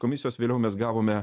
komisijos vėliau mes gavome